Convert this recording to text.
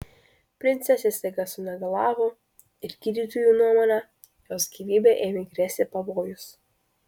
princesė staiga sunegalavo ir gydytojų nuomone jos gyvybei ėmė grėsti pavojus